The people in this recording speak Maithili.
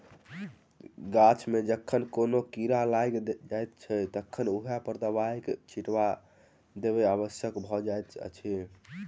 गाछ मे जखन कोनो कीड़ा लाग लगैत छै तखन ओहि पर दबाइक छिच्चा देब आवश्यक भ जाइत अछि